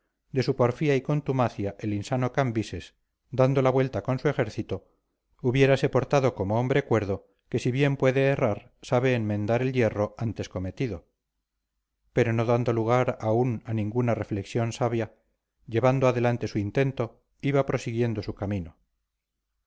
de su porfía y contumacia el insano cambises dando la vuelta con su ejército hubiérase portado como hombre cuerdo que si bien puede errar sabe enmendar el yerro antes cometido pero no dando lugar aun a ninguna reflexión sabia llevando adelante su intento iba prosiguiendo su camino